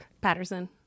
Patterson